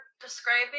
describing